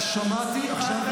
תומך חמאס.